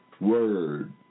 word